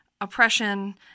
oppression